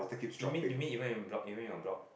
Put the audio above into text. it mean you mean even your block even your block